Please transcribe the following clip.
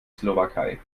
slowakei